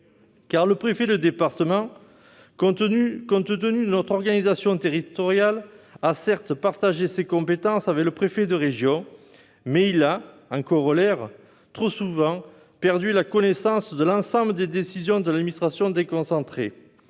C'est vrai ! Si, compte tenu de notre organisation territoriale, le préfet de département a partagé ses compétences avec le préfet de région, il a, en corollaire, trop souvent perdu la connaissance de l'ensemble des décisions de l'administration déconcentrée,